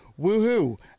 Woohoo